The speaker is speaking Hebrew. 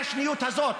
להפסיק את השניות הזאת,